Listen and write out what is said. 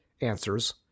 answers